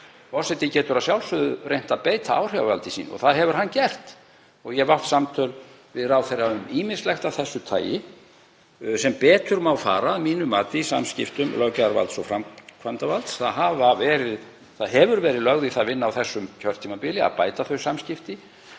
getur að sjálfsögðu reynt að beita áhrifavaldi sínu og það hefur hann gert. Ég hef átt samtöl við ráðherra um ýmislegt af þessu tagi sem betur má fara að mínu mati í samskiptum löggjafarvalds og framkvæmdarvalds. Það hefur verið lögð í það vinna á þessu kjörtímabili að bæta þau samskipti.